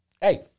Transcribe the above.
Hey